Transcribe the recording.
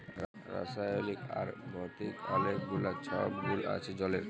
রাসায়লিক আর ভতিক অলেক গুলা ছব গুল আছে জলের